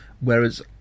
whereas